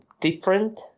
different